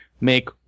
make